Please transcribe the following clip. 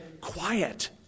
quiet